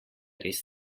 res